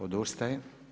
Odustaje.